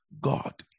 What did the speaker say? God